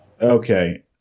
Okay